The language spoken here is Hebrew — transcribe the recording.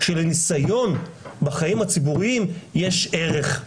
שלניסיון בחיים הציבוריים יש ערך,